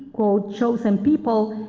quote, chosen people,